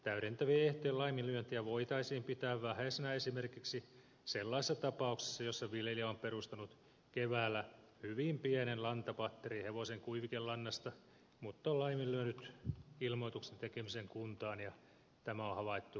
täydentävien ehtojen laiminlyöntiä voitaisiin pitää vähäisenä esimerkiksi sellaisessa tapauksessa jossa viljelijä on perustanut keväällä hyvin pienen lantapatterin hevosen kuivikelannasta mutta on laiminlyönyt ilmoituksen tekemisen kuntaan ja tämä on havaittu valvonnan yhteydessä